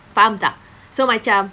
faham tak